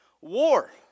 War